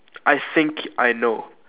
I think I know